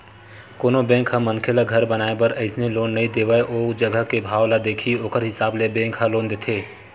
कोनो बेंक ह मनखे ल घर बनाए बर अइसने लोन नइ दे देवय ओ जघा के भाव ल देखही ओखरे हिसाब ले बेंक ह लोन देथे